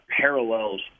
parallels